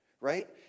right